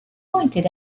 pointed